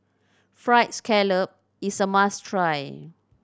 Fried Scallop is a must try